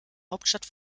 hauptstadt